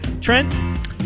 Trent